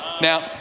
Now